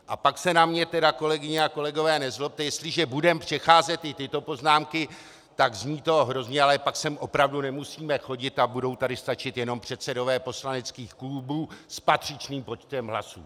A pak se na mě, kolegyně a kolegové, nezlobte, jestliže budeme přecházet i tyto poznámky, zní to hrozně, ale pak sem opravdu nemusíme chodit a budou tady stačit jenom předsedové poslaneckých klubů s patřičným počtem hlasů.